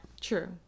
true